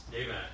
Amen